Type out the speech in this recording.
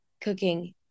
cooking